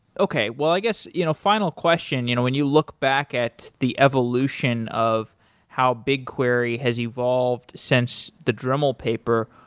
well, i guess you know final question. you know when you look back at the evolution of how bigquery has evolved since the dremel paper,